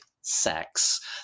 sex